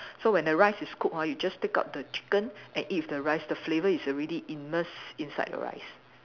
so when the rice is cooked ha you just take out the chicken and eat with the rice the flavour is already immersed inside the rice